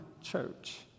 church